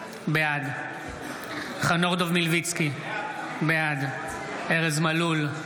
בעד חנוך דב מלביצקי, בעד ארז מלול,